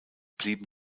blieben